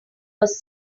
was